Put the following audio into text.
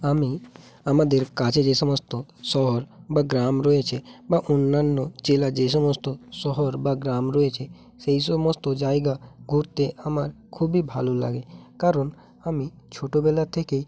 আমি আমাদের কাছে যে সমস্ত শহর বা গ্রাম রয়েছে বা অন্যান্য জেলা যে সমস্ত শহর বা গ্রাম রয়েছে সেই সমস্ত জায়গা ঘুরতে আমার খুবই ভালো লাগে কারণ আমি ছোটোবেলা থেকেই